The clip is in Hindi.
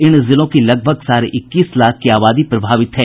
इन जिलों की लगभग साढ़े इक्कीस लाख की आबादी प्रभावित है